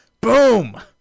boom